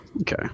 Okay